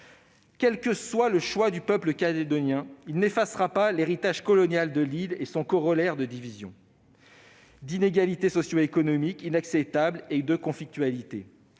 Quel que soit le choix du peuple calédonien, il n'effacera pas l'héritage colonial de l'île ni son corollaire de divisions, d'inégalités socioéconomiques inacceptables et de conflictualité.